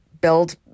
build